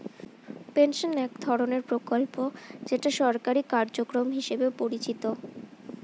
pension এক ধরনের প্রকল্প যেটা সরকারি কার্যক্রম হিসেবে পরিচিত